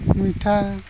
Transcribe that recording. ᱢᱤᱫᱴᱟ